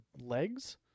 legs